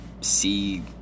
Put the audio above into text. see